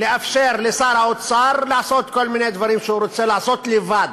לאפשר לשר האוצר לעשות כל מיני דברים שהוא רוצה לעשות לבד,